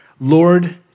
Lord